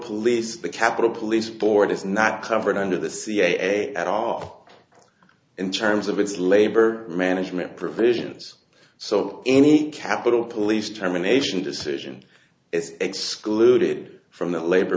police the capitol police board is not covered under the ca at all in terms of its labor management provisions so any capitol police terminations decision is excluded from the labor